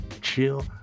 chill